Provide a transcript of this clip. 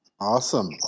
awesome